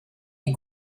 die